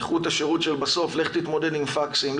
איכות השירות של בסוף לך תתמודד עם פקסים,